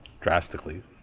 drastically